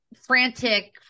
frantic